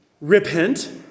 Repent